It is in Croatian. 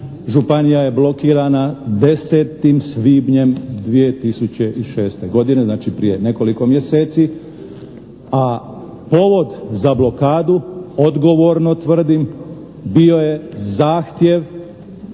Županija je blokirana 10. svibnjem 2006. godine, znači prije nekoliko mjeseci, a povod za blokadu, odgovorno tvrdim, bio je zahtjev